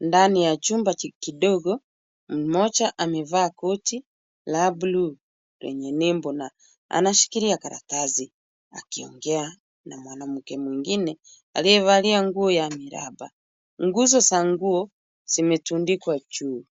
ndani ya chumba kidogo. Mmoja amevaa koti la bluu lenye nembo na anashikilia karatasi akiongea na mwanamke mwingine aliyevalia nguo ya miraba nguzo za nguo zimetundikwa juu.